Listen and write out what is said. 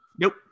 Nope